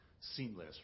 seamless